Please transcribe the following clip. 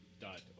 dot